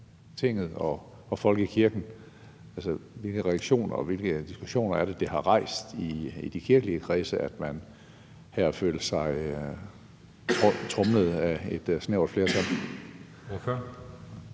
Folketinget og folkekirken. Altså, hvilke refleksioner og hvilke diskussioner er det, det har rejst i de kirkelige kredse, at man her føler sig tromlet af et snævert flertal?